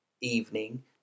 evening